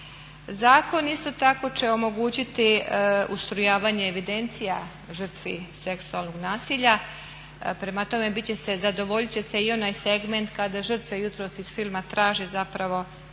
Zakon isto tako će omogućiti ustrojavanje evidencija žrtvi seksualnog nasilja, prema tome zadovoljit će se i onaj segment kada žrtve jutros iz filma traže zapravo